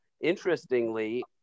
interestingly